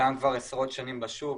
קיים כבר עשרות שנים בשוק,